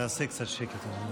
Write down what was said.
בבקשה.